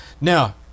Now